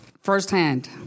firsthand